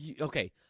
Okay